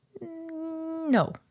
no